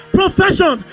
profession